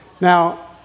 Now